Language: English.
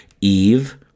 Eve